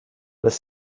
lässt